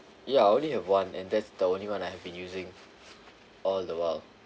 ya I only have one and that's the only one I have been using all the while